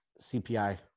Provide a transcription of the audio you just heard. CPI